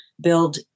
build